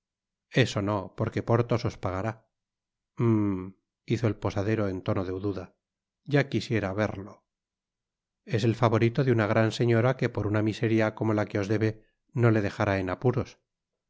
eso no porque porthos os pagará hum hizo el hostalero en tono de duda ya quisiera verlo es el favorito de una gran señora que por una miseria como la que os debe no le dejará en apuros